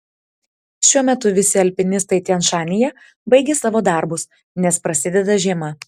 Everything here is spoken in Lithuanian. šiuo metu visi alpinistai tian šanyje baigė savo darbus nes prasideda žiema